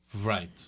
Right